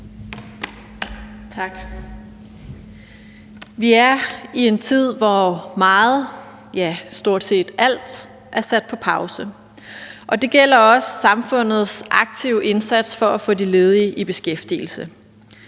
Tak. Vi er i en tid, hvor meget, ja, stort set alt, er sat på pause, og det gælder også samfundets aktive indsats for at få de ledige i beskæftigelse.